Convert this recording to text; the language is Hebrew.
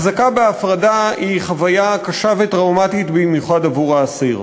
החזקה בהפרדה היא חוויה קשה וטראומטית במיוחד עבור האסיר.